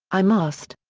i must.